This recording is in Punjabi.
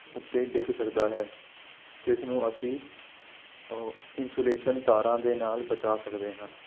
ਉੱਤੇ ਡਿੱਗ ਸਕਦਾ ਹੈ ਜਿਸ ਨੂੰ ਅਸੀਂ ਇੰਸੂਲੇਸ਼ਨ ਤਾਰਾਂ ਦੇ ਨਾਲ ਬਚਾ ਸਕਦੇ ਹਾਂ